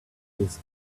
this